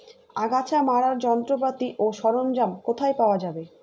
আগাছা মারার যন্ত্রপাতি ও সরঞ্জাম কোথায় পাওয়া যাবে?